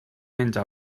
menja